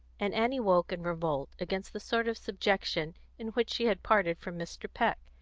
and annie woke in revolt against the sort of subjection in which she had parted from mr. peck.